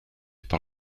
par